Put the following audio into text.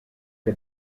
che